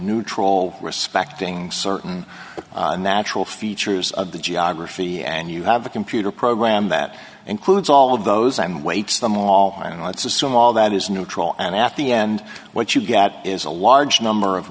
troll respecting certain natural features of the geography and you have a computer program that includes all of those and weights them all fine let's assume all that is neutral and at the end what you get is a large number of